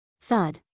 thud